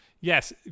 yes